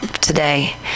today